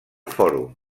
fòrum